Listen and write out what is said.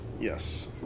Yes